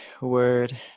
word